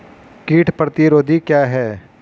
कीट प्रतिरोधी क्या है?